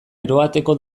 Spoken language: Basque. eroateko